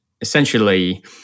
essentially